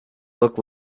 look